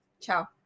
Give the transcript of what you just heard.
Ciao